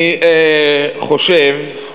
אני חושב,